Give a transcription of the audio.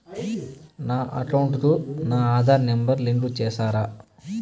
నా అకౌంట్ కు నా ఆధార్ నెంబర్ లింకు చేసారా